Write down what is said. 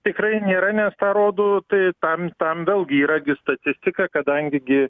tikrai nėra nes tą rodo tai tam tam vėlgi yra gi statistika kadangi